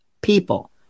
people